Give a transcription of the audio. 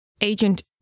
Agent